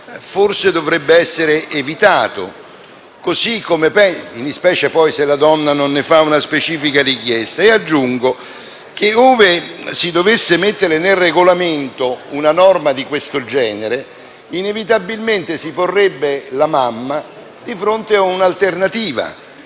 forse dovrebbe essere evitato, specie poi se la donna non ne fa una specifica richiesta. Aggiungo che, ove si dovesse inserire nel Regolamento una norma di questo genere, inevitabilmente si porrebbe la mamma di fronte a una alternativa